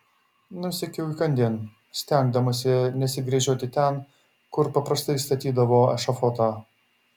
nusekiau įkandin stengdamasi nesigręžioti ten kur paprastai statydavo ešafotą